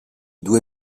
due